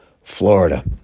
Florida